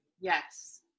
Yes